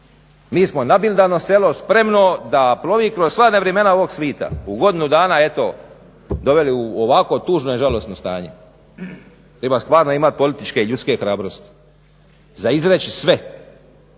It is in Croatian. Nismo nabildano selo spremno da plovi kroz sva nevremena ovog svijeta. U godinu dana eto doveli u ovako tužno i žalosno stanje. Treba stvarno imat političke i ljudske hrabrosti za izreći sve